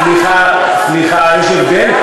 סליחה, סליחה, סליחה, יש הבדל.